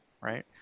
right